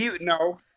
No